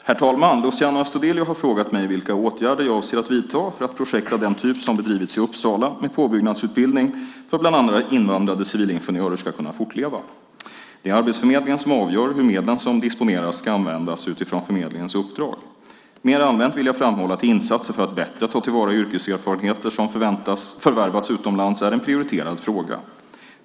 Herr talman! Luciano Astudillo har frågat mig vilka åtgärder jag avser att vidta för att projekt av den typ som bedrivits i Uppsala, med påbyggnadsutbildning för bland andra invandrade civilingenjörer, ska kunna fortleva. Det är Arbetsförmedlingen som avgör hur medlen som disponeras ska användas utifrån förmedlingens uppdrag. Mer allmänt vill jag framhålla att insatser för att bättre ta till vara yrkeserfarenheter som förvärvats utomlands är en prioriterad fråga.